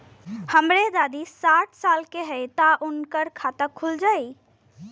हमरे दादी साढ़ साल क हइ त उनकर खाता खुल जाई?